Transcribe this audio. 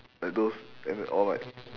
like those all like